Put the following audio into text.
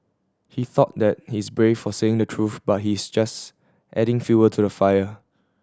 he thought that he's brave for saying the truth but he's actually just adding fuel to the fire